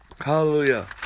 Hallelujah